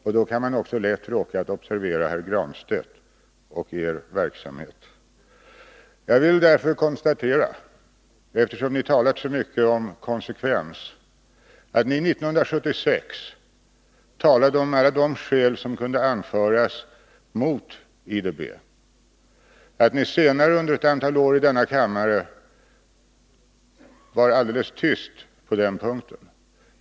Och då kan man lätt ha råkat observera herr Granstedts verksamhet. Eftersom ni har talat så mycket om konsekvens vill jag konstatera att ni 1976 framhöll alla de skäl som kunde anföras mot IDB och att ni sedan under ett antal år i denna kammare var alldeles tyst på den punkten.